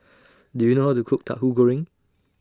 Do YOU know How to Cook Tahu Goreng